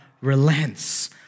relents